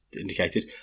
indicated